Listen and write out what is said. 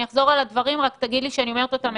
אחזור על הדברים, רק תגיד לי שאני מדייקת.